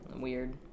Weird